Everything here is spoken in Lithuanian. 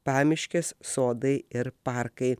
pamiškės sodai ir parkai